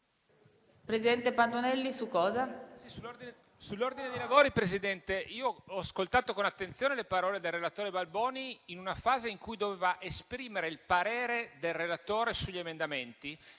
Presidente, intervengo sull'ordine dei lavori. Ho ascoltato con attenzione le parole del relatore Balboni in una fase in cui doveva esprimere il parere del relatore sugli emendamenti